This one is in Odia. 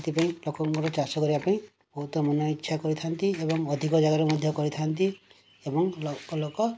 ସେଇଥିପାଇଁ ଲୋକଙ୍କ ଚାଷ କରିବାପାଇଁ ବହୁତ ମନ ଇଚ୍ଛା କରିଥାନ୍ତି ଏବଂ ଅଧିକ ଜାଗାରୁ ମଧ୍ୟ କରିଥାନ୍ତି ଏବଂ ଲକ୍ଷ ଲକ୍ଷ